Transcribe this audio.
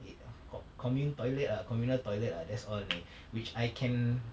it com~ commune toilet ah communal toilet ah that's all only which I can